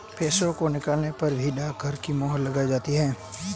पैसों को निकालने पर भी डाकघर की मोहर लगाई जाती है